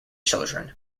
children